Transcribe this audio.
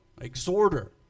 Exhorter